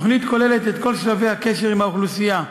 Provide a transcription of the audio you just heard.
התוכנית כוללת את כל שלבי הקשר עם האוכלוסייה,